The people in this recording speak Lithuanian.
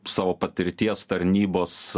savo patirties tarnybos